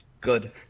Good